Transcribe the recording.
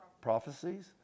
prophecies